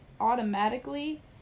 automatically